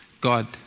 God